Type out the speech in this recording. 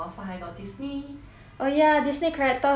oh ya Disney character 很 cute eh 我看很多 like